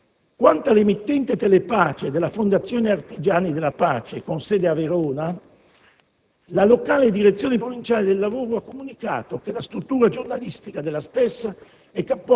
Quanto all'emittente Telepace, della Fondazione artigiani della pace con sede a Verona, la locale Direzione provinciale del lavoro ha comunicato che la struttura giornalistica della stessa